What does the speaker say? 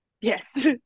yes